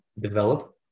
develop